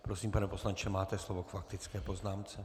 Prosím, pane poslanče, máte slovo k faktické poznámce.